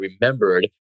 remembered